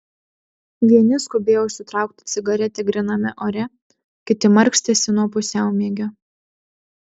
vieni skubėjo užsitraukti cigaretę gryname ore kiti markstėsi nuo pusiaumiegio